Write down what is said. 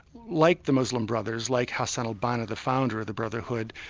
like the muslim brothers, like hassan al-banna, the founder of the brotherhood,